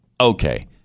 Okay